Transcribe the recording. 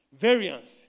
variance